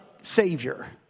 Savior